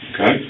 Okay